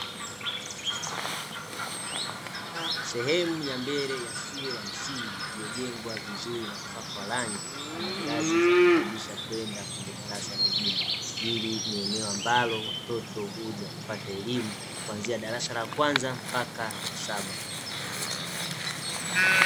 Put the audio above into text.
Sehemu ya mbele ya shule ya msingi iliyojengwa vizuri, na kupakwa rangi ina ngazi za kupandisha kwenda kwenye darasa lingine, hili ni eneo ambalo watoto huja kupata elimu kuanzia darasa la kwanza mpaka la saba.